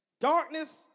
Darkness